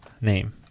name